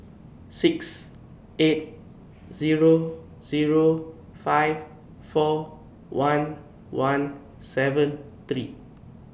six eight Zero Zero five four one one seven three